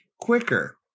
quicker